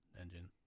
Engine